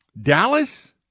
Dallas